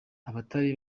abatari